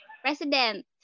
President